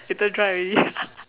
later dry already